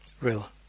real